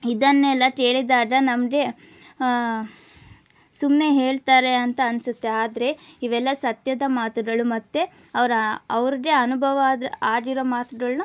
ಇದನ್ನೆಲ್ಲ ಕೇಳಿದಾಗ ನಮಗೆ ಸುಮ್ಮನೆ ಹೇಳ್ತಾರೆ ಅಂತ ಅನ್ಸುತ್ತೆ ಆದರೆ ಇವೆಲ್ಲ ಸತ್ಯದ ಮಾತುಗಳು ಮತ್ತೆ ಅವರ ಅವ್ರಿಗೆ ಅನುಭವ ಆದ ಆಗಿರೊ ಮಾತುಗಳನ್ನ